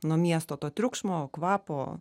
nuo miesto to triukšmo kvapo